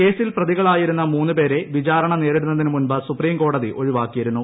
കേസിൽ പ്രതികളായിരുന്ന മൂന്നു പേരെ വിചാരണ നേരിടുന്നതിനു മുൻപ് സുപ്രീം കോടതി ഒഴിവാക്കിയിരുന്നു